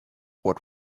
what